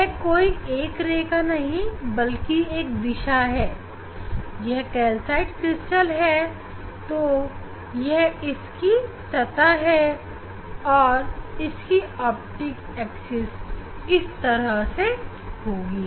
यह कोई एक रेखा नहीं बल्कि एक दिशा है यह कैल्साइट क्रिस्टल है तो यह इसकी धरातल है और इसकी ऑप्टिक्स एक्सिस इस तरह से होगी